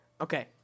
okay